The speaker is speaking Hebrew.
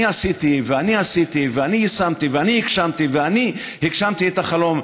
אני עשיתי ואני עשיתי ואני יישמתי ואני הגשמתי ואני הגשמתי את החלום.